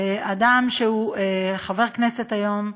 אדם שהוא חבר כנסת היום,